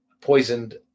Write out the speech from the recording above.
poisoned